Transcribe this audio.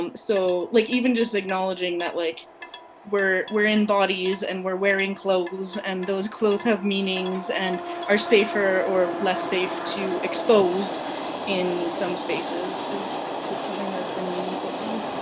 um so like even just acknowledging that like we're we're in bodies and we're wearing clothes, and those clothes have meanings and are safer or less safe to expose in some spaces, is something that's been meaningful for me.